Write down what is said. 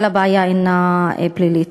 אבל הבעיה אינה פלילית.